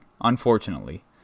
unfortunately